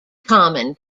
common